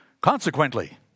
consequently